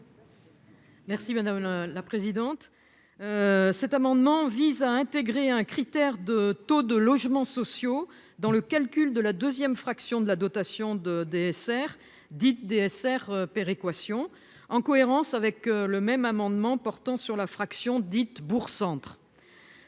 Merci madame la présidente, cet amendement vise à intégrer un critère de taux de logements sociaux dans le calcul de la deuxième fraction de la dotation de DSR dites DSR péréquation en cohérence avec le même amendement portant sur la fraction dite bourg centre